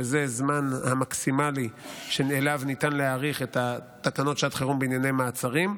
שזה הזמן המקסימלי שבו ניתן להאריך את תקנות שעת חירום בענייני מעצרים,